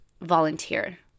volunteer